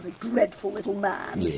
dreadful little man.